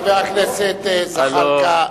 חבר הכנסת זחאלקה,